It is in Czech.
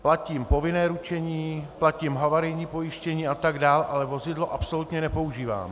Platím povinné ručení, platím havarijní pojištění a tak dál, ale vozidlo absolutně nepoužívám.